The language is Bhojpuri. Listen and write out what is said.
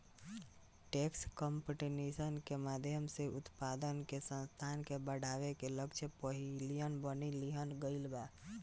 टैक्स कंपटीशन के माध्यम से उत्पादन के संसाधन के बढ़ावे के लक्ष्य पहिलही बना लिहल गइल बा